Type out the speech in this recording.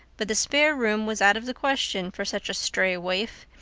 but the spare room was out of the question for such a stray waif,